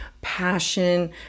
passion